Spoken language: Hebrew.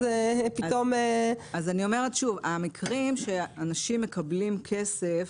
אני אומרת שוב שהמקרים שאנשים מקבלים כסף